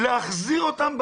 אני נציג של האזור.